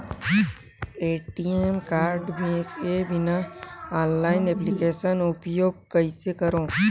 ATM card के बिना online application उपयोग कइसे करो?